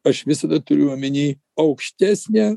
aš visada turiu omeny aukštesnę